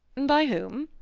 by whom?